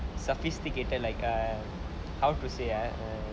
sophisticated like err how to say ah err